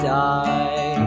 die